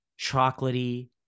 chocolatey